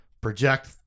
project